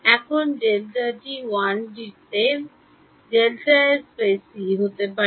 এখন Δt 1 D তে Δsc হতে পারে